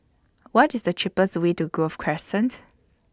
What IS The cheapest Way to Grove Crescent